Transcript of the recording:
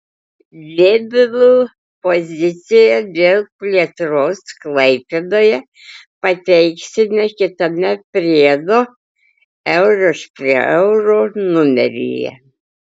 lidl poziciją dėl plėtros klaipėdoje pateiksime kitame priedo euras prie euro numeryje